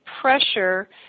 pressure